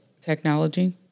technology